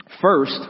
First